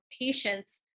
patients